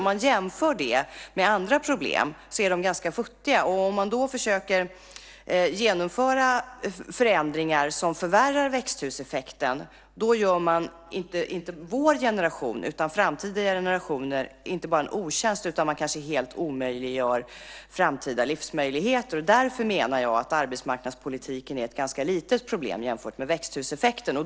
Om man jämför den med andra problem är de ganska futtiga. Om man då försöker genomföra förändringar som förvärrar växthuseffekten gör man inte vår generation, utan framtida generationer inte bara en otjänst, utan man kanske helt omöjliggör framtida livsmöjligheter. Därför menar jag att arbetsmarknadspolitiken är ett ganska litet problem jämfört med växthuseffekten.